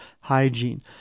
hygiene